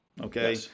Okay